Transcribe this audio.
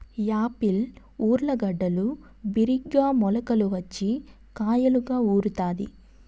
Apple ఊర్లగడ్డలు బిరిగ్గా మొలకలు వచ్చి కాయలుగా ఊరుతాయి